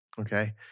okay